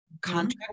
contract